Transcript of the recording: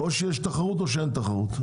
או שיש תחרות או שאין תחרות.